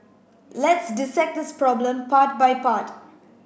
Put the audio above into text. let's dissect this problem part by part